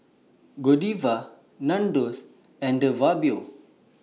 Godiva Nandos and De Fabio